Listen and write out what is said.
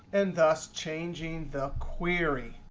and thus changing the query.